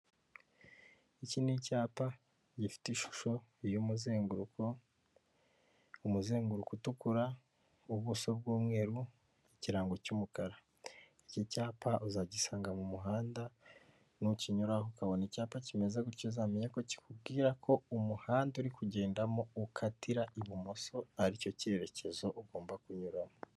Iki ni icyapa gifite ishusho y'umuzenguruko, umuzenguruko utukura w'ubuso bw'umweru nk'ikirango cy'umukara. Iki cyapa uzagisanga mu muhanda nukinyuraho, ukabona icyapa kimeze gutyo, uzamenya ko kikubwira ko umuhanda uri kugendamo ukatira ibumoso. Aricyo cyerekezo ugomba kunyuramo.